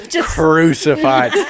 crucified